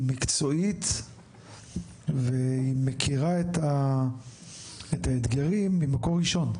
היא מקצועית והיא מכירה את האתגרים ממקור ראשון,